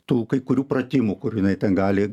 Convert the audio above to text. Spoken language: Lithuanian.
tų kai kurių pratimų kur jinai ten gali